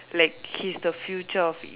like he is the future of